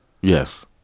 Yes